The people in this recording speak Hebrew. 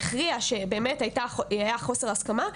שבאמת היה חוסר הסכמה,